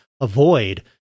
avoid